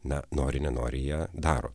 na nori nenori ją daro